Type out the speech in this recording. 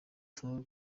tor